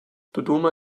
dodoma